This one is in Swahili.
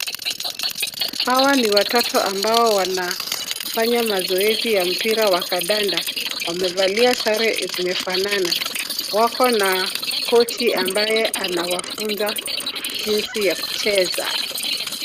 Hawa ni watoto ambao wanafanya mazoezi ya mpira wa kandanda. Wamevalia sare zinafanana. Wako na kochi ambaye anawafunza jinsi ya kucheza.